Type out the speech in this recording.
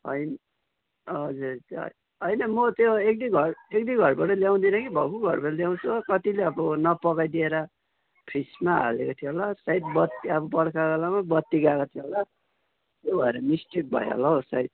होइन हजुर होइन म त्यो एक दुई घर एक दुई घरबाट ल्याउँदिनँ कि भक्कु घरबाट ल्याउँछु हो कतिले अब नपकाइदिएर फ्रिजमा हालेको थियो होला सायद अब बर्खा बेलामा बत्ती गएको थियो होला त्यो भएर मिस्टेक भयो होला हौ सायद